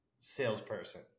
salesperson